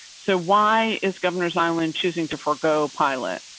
so, why is governors island choosing to forego pilot?